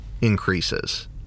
increases